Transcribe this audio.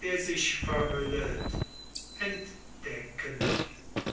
der sich verhüllet entdecken